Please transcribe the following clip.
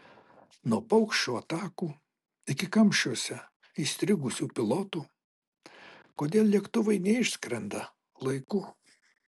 nuo paukščių atakų iki kamščiuose įstrigusių pilotų kodėl lėktuvai neišskrenda laiku